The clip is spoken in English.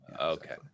Okay